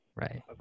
right